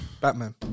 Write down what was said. Batman